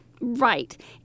Right